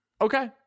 Okay